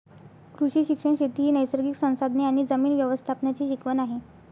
कृषी शिक्षण शेती ही नैसर्गिक संसाधने आणि जमीन व्यवस्थापनाची शिकवण आहे